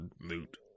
loot